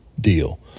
deal